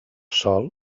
sol